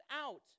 out